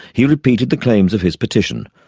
he repeated the claims of his petition.